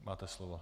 Máte slovo.